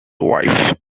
wife